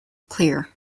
clear